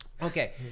Okay